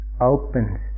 opens